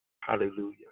hallelujah